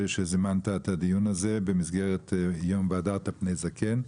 שזימנת את הדיון הזה במסגרת יום "והדרת פני זקן".